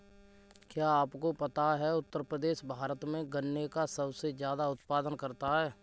क्या आपको पता है उत्तर प्रदेश भारत में गन्ने का सबसे ज़्यादा उत्पादन करता है?